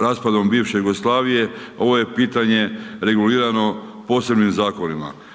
raspadom bivše Jugoslavije, ovo je pitanje regulirano posebnim zakonima.